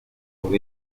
por